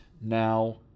Now